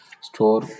store